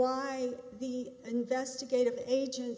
why the investigative agents